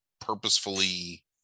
purposefully